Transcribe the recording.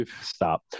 stop